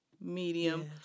medium